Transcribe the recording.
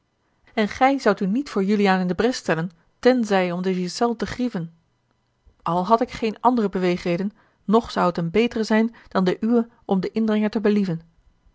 en gij zoudt u niet voor juliaan in de bres stellen tenzij om de ghiselles te grieven al had ik geene andere beweegreden nog zou het eene betere zijn dan de uwe om den indringer te believen